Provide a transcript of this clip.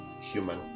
human